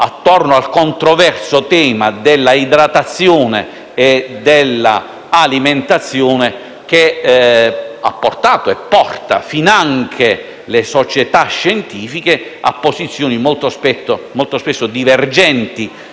intorno al controverso tema dell'idratazione e dell'alimentazione, che ha portato e porta, finanche le società scientifiche, a posizioni molto spesso divergenti